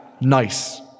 Nice